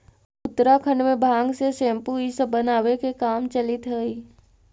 उत्तराखण्ड में भाँग से सेम्पू इ सब बनावे के काम चलित हई